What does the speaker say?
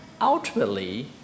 Ultimately